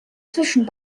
zwischen